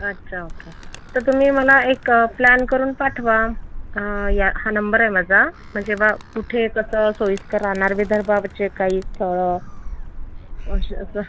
अच्छा ओके तर तुम्ही मला एक प्लॅन करून पाठवा या हा नंबर आहे माझा म्हणजे बा कुठे कसं सोईस्कर राहणार विदर्बाविषयक काही स्थळं असे असं